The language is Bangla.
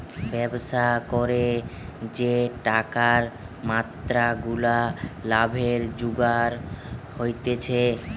ব্যবসা করে যে টাকার মাত্রা গুলা লাভে জুগার হতিছে